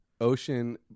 Ocean